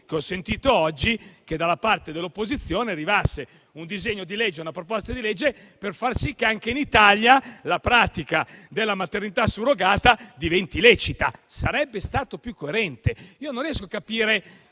più coerente che da parte dell'opposizione arrivasse un disegno di legge per far sì che anche in Italia la pratica della maternità surrogata diventasse lecita. Sarebbe stato più coerente. Io non riesco a capire